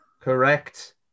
Correct